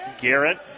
Garrett